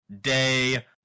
day